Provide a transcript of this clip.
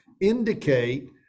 indicate